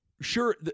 sure